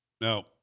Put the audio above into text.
Now